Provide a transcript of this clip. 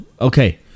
okay